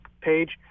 page